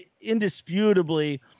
indisputably